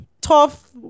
tough